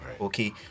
okay